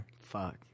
Fuck